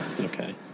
Okay